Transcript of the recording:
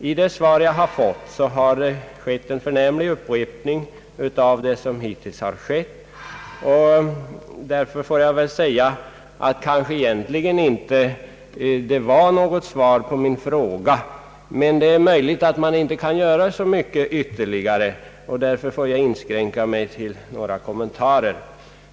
I det svar jag fått har endast lämnats en utförlig redogörelse av det som hittills gjorts. Det var kanske därför egentligen inte något svar på min fråga. Men det är möjligt att man inte kan göra så mycket ytterligare, och jag får därför inskränka mig till några kommentarer.